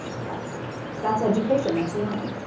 that's that's education. that's learning.